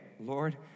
Lord